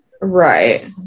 right